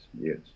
yes